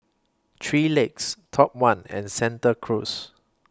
three Legs Top one and Santa Cruz